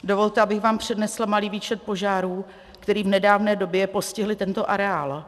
Dovolte, abych vám přednesla malý výčet požárů, který v nedávné době postihly tento areál.